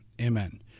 Amen